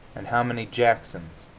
and how many jacksons,